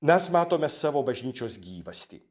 mes matome savo bažnyčios gyvastį